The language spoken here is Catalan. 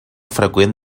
freqüent